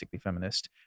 feminist